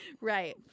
Right